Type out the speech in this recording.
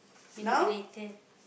manipulated